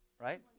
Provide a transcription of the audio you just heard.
right